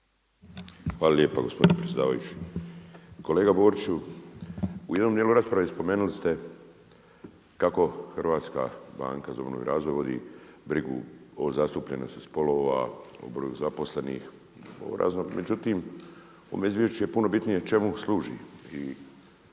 Hvala lijepa gospodine predsjedavajući. Kolega Boriću u jednom djelu rasprave spomenuli ste kako HBOR vodi brigu o zastupljenosti spolova, o broju zaposlenih, međutim ovo izvješće je puno bitnije čemu služi